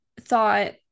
thought